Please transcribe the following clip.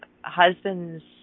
husband's